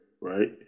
right